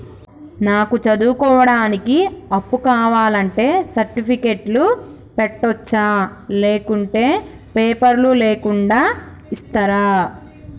నాకు చదువుకోవడానికి అప్పు కావాలంటే సర్టిఫికెట్లు పెట్టొచ్చా లేకుంటే పేపర్లు లేకుండా ఇస్తరా?